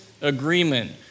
agreement